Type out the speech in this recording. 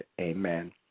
amen